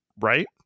right